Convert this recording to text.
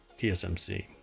TSMC